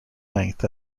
length